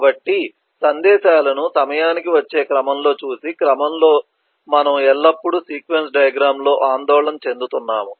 కాబట్టి సందేశాలను సమయానికి వచ్చే క్రమంలో చూసే క్రమంలో మనము ఎల్లప్పుడూ సీక్వెన్స్ డయాగ్రమ్ లో ఆందోళన చెందుతున్నాము